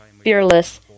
fearless